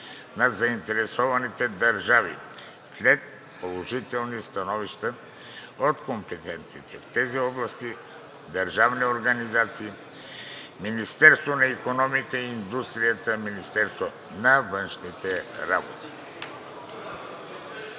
на заинтересованите държави след положителни становища от компетентните в тези области държавни органи – Министерството на икономиката и индустрията и Министерството на външните работи.